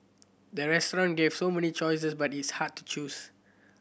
the restaurant gave so many choices but is hard to choose